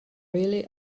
really